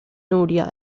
nuria